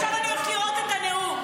עכשיו אני הולכת לראות את הנאום.